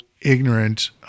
ignorant